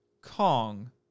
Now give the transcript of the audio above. Kong